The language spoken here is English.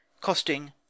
costing